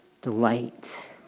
delight